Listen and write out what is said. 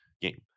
game